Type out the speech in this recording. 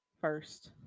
first